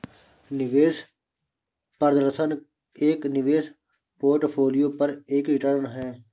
निवेश प्रदर्शन एक निवेश पोर्टफोलियो पर एक रिटर्न है